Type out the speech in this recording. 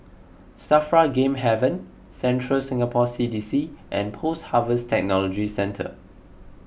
Safra Game Haven Central Singapore C D C and Post Harvest Technology Centre